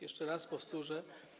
Jeszcze raz powtórzę.